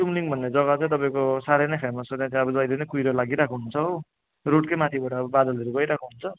तुमलिङ भन्ने जग्गा चाहिँ तपाईँको साह्रै नै फेमस छ त्यहाँ चाहिँ अब जहिले नै कुइरो लागिरहेको हुन्छ हो रोडकै माथिबाट अब बादलहरू गइरहेको हुन्छ